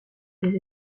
des